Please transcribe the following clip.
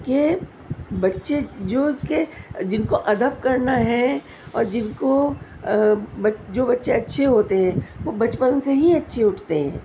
کہ بچے جو اس کے جن کو ادب کرنا ہے اور جن کو جو بچے اچھے ہوتے ہیں وہ بچپن سے ہی اچھے اٹھتے ہیں